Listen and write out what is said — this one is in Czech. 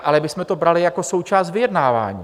Ale my jsme to brali jako součást vyjednávání.